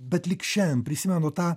bet lyg šiandien prisimenu tą